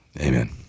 Amen